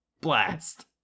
Blast